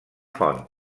font